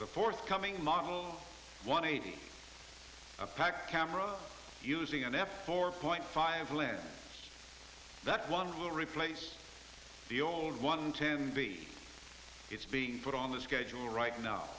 the forthcoming model one eighty pack camera using an f four point five lens that one will replace the old one ten b it's being put on the schedule right now